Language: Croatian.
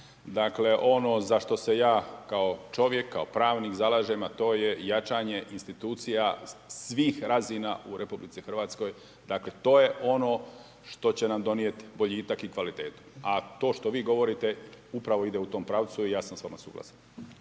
dakle ono za što se ja kao čovjek, kao pravnik zalažem a to je jačanje institucija svih razina u RH, dakle to je ono što će nam donijeti boljitak i kvalitetu. A to što vi govorite upravo ide u tom pravcu i ja sam s vama suglasan.